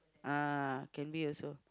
ah can be also